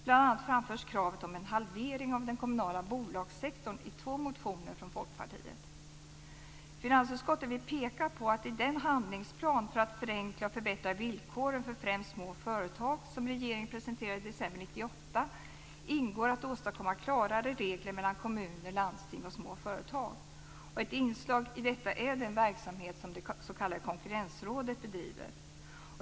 Bl.a. framförs kravet om en halvering av den kommunala bolagssektorn i två motioner från Folkpartiet. Finansutskottet vill peka på att i den handlingsplan för att förenkla och förbättra villkoren för främst små företag som regeringen presenterade i december 1998 ingår att åstadkomma klarare regler mellan kommuner, landsting och små företag. Ett inslag i detta är den verksamhet som det s.k. Konkurrensrådet bedriver.